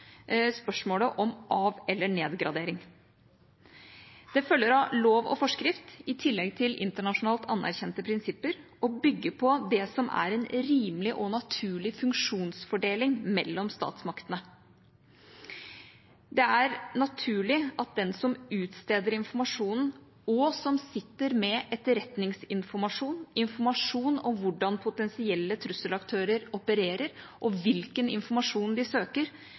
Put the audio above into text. spørsmålet om av- eller nedgradering. Det følger av lov og forskrift, i tillegg til internasjonalt anerkjente prinsipper, og bygger på det som er en rimelig og naturlig funksjonsfordeling mellom statsmaktene. Det er naturlig at den som utsteder informasjonen, og som sitter med etterretningsinformasjon, informasjon om hvordan potensielle trusselaktører opererer, og hvilken informasjon de søker,